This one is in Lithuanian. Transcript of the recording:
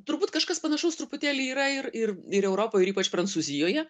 turbūt kažkas panašaus truputėlį yra ir ir ir europoj ir ypač prancūzijoje